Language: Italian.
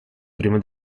prima